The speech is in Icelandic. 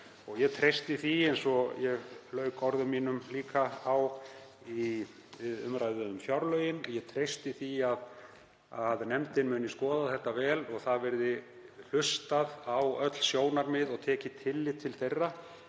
gert. Og eins og ég lauk orðum mínum líka á í umræðu um fjárlögin treysti ég því að nefndin muni skoða þetta vel og það verði hlustað á öll sjónarmið og tekið tillit til þeirra